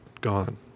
gone